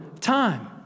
time